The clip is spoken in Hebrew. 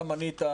אתה מנית,